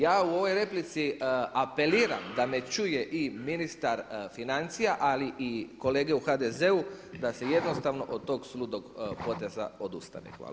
Ja u ovoj replici apeliram da me čuje i ministar financija, ali i kolege u HDZ-u da se jednostavnog od tog suludog poteza odustane.